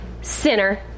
sinner